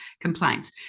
complaints